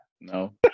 No